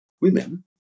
women